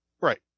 Right